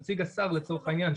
נציג השר לצורך העניין,